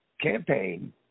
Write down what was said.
campaign